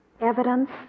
evidence